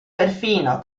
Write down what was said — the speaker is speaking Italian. perfino